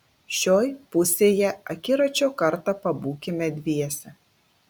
šioj pusėje akiračio kartą pabūkime dviese